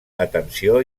atenció